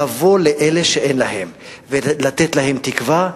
לבוא לאלה שאין להם ולתת להם תקווה.